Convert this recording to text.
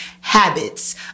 habits